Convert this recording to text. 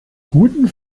guten